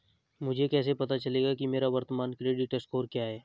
मुझे कैसे पता चलेगा कि मेरा वर्तमान क्रेडिट स्कोर क्या है?